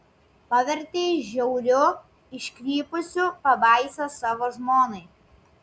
pavertei žiauriu iškrypusiu pabaisa savo žmonai